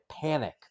panic